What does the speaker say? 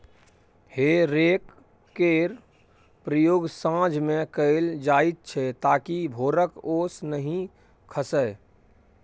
हे रैक केर प्रयोग साँझ मे कएल जाइत छै ताकि भोरक ओस नहि खसय